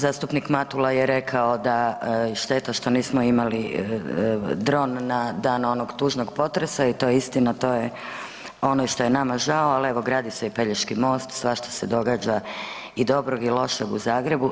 Zastupnik Matula je rekao da šteta što nismo imali dron na dan onog tužnog potresa i to je istina, to je ono što je i nama žao, ali evo gradi se i Pelješki most, svašta se događa i dobrog i lošeg u Zagrebu.